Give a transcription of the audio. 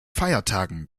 feiertagen